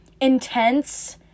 intense